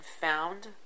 found